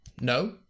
No